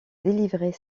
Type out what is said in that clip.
délivrer